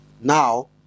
now